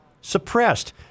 suppressed